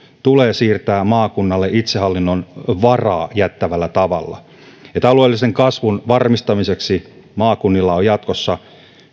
tulee siirtää maakunnalle itsehallinnon varaa jättävällä tavalla niin että alueellisen kasvun varmistamiseksi maakunnilla on jatkossa